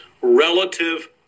relative